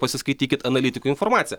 pasiskaitykit analitikų informaciją